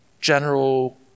general